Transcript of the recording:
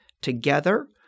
together